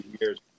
years